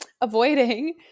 avoiding